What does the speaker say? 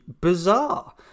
bizarre